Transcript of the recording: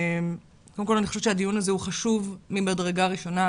קודם כל אני חושבת שהדיון הזה הוא חשוב ממדרגה ראשונה.